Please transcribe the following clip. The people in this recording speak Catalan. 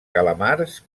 calamars